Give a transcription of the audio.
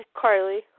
Carly